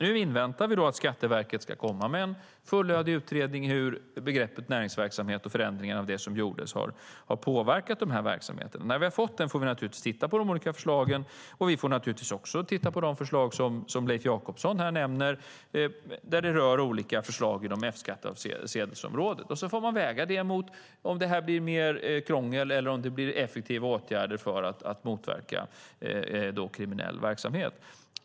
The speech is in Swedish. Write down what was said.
Nu inväntar vi att Skatteverket ska komma med en fullödig utredning om hur begreppet näringsverksamhet och förändringar av det som gjordes har påverkat verksamheten. När vi har fått utredningen får vi titta på de olika förslagen och även på de förslag som Leif Jakobsson här nämner där de rör olika aspekter inom F-skattsedelsområdet. Sedan får man väga det mot frågan om huruvida detta innebär mer krångel eller om det blir effektiva åtgärder för att motverka kriminell verksamhet.